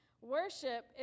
Worship